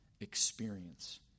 experience